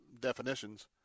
definitions